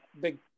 big